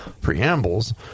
preambles